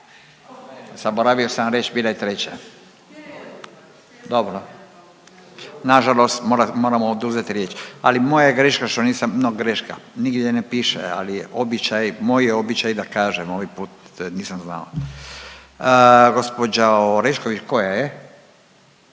Zaboravio sam reći, bila je treća. Dobro. Nažalost moram vam oduzeti riječ, ali moja je greška što nisam, no, greška, nigdje ne piše, ali običaj, moj je običaj da kažem, ovaj put nisam znao. Gđa Orešković, koja je.